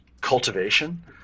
cultivation